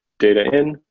data in,